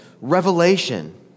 revelation